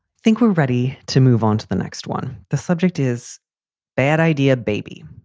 think we're ready to move on to the next one? the subject is bad idea, baby.